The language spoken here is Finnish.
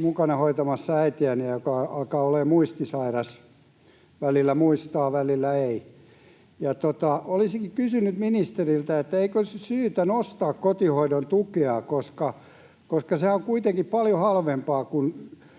mukana hoitamassa äitiäni, joka alkaa olemaan muistisairas — välillä muistaa, välillä ei. Olisinkin kysynyt ministeriltä, eikö olisi jo syytä nostaa kotihoidon tukea, koska sehän on kuitenkin paljon halvempaa kuin